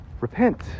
Repent